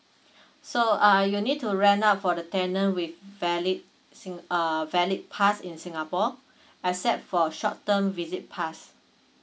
so uh you need to rent up for the tenant with valid sing err valid pass in singapore except for short term visit pass